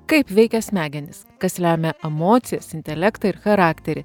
kaip veikia smegenys kas lemia emocijas intelektą ir charakterį